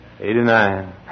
Eighty-nine